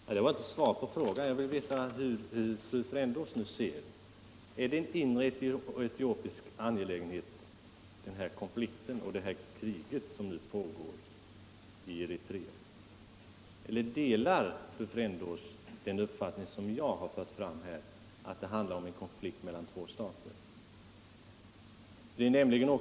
Herr talman! Det var inte svar på frågan. Jag vill veta hur fru Frändås nu ser på problemet. Är den här konflikten och det här kriget som nu pågår i Eritrea en inre etiopisk angelägenhet? Eller delar fru Frändås den uppfattning som jag har fört fram här, att det handlar om en konflikt mellan två stater?